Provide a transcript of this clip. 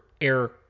air